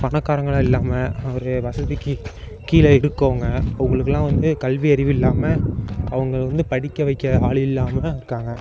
பணக்காரங்களா இல்லாமல் ஒரு வசதிக்கு கீழே இருக்கறவங்க அவங்களுக்குளா வந்து கல்வியறிவு இல்லாமல் அவங்க வந்து படிக்க வைக்க ஆள் இல்லாமல் இருக்காங்க